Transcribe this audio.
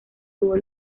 tuvo